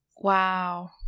Wow